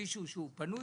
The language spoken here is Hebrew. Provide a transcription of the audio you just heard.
מישהו שהוא פנוי,